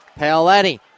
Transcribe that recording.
Paoletti